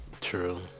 True